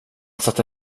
satte